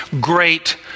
great